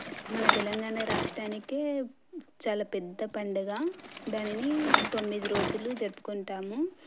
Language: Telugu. మన తెలంగాణ రాష్టానికే చాలా పెద్ద పండుగ దానిని తొమ్మిది రోజులు జరుపుకుంటాము